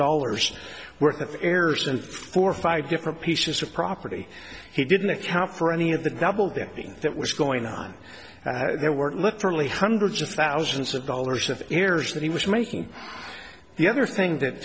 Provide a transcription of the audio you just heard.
dollars worth of shares and four or five different pieces of property he didn't account for any of the double dipping that was going on there were literally hundreds of thousands of dollars of errors that he was making the other thing that